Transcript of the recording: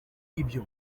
ibyo